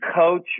coach